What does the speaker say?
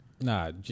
nah